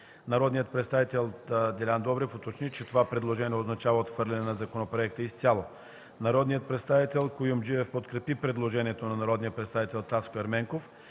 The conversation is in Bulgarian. Народният представител Делян Добрев уточни, че това предложение означава отхвърляне на законопроекта изцяло. Народният представител Явор Куюмджиев подкрепи предложението на народния представител Таско Ерменков.